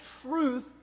truth